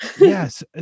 Yes